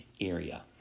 area